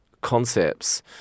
concepts